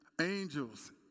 Angels